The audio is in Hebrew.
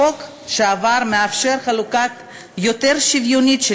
החוק שעבר מאפשר חלוקה יותר שוויונית של